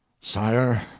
sire